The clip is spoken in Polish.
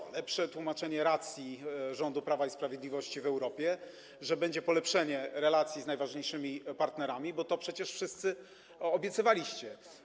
Że będzie lepsze tłumaczenie racji rządu Prawa i Sprawiedliwości w Europie, polepszenie relacji z najważniejszymi partnerami, bo to przecież wszyscy obiecywaliście.